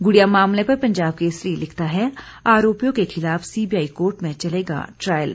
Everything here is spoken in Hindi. गुडिया मामले पर पंजाब केसरी लिखता है आरोपियों के खिलाफ सीबीआई कोर्ट में चलेगा ट्रायल